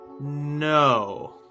No